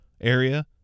area